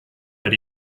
but